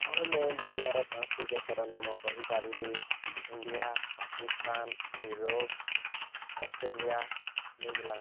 ହଁ ମୁଁ ଦୁନିଆର ପାଞ୍ଚଟି ଦେଶର ନାମ କହିପାରିବି India Pakistan Europe Australia New Zealand